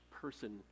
person